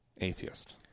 atheist